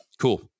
cool